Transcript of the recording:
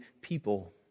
people